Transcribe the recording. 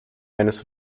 eines